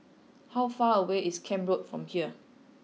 how far away is Camp Road from here